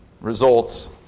results